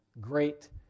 great